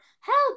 help